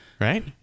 right